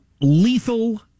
lethal